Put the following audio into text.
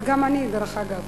וגם אני, דרך אגב,